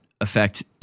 affect